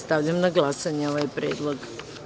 Stavljam na glasanje ovaj predlog.